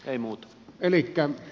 nyt ensiksi tässä